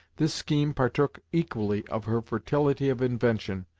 this scheme partook equally of her fertility of invention,